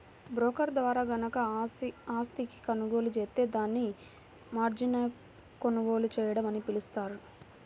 broker ద్వారా గనక ఆస్తిని కొనుగోలు జేత్తే దాన్ని మార్జిన్పై కొనుగోలు చేయడం అని పిలుస్తారు